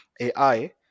ai